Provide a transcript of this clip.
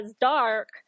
dark